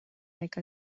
like